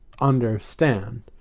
understand